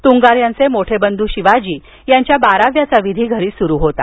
तुंगार यांचे मोठे बंधु शिवाजी यांच्या बाराव्याचा विधी घरी सुरू होता